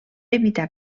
evitar